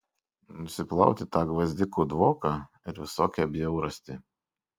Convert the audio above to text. nusiplauti tą gvazdikų dvoką ir visokią bjaurastį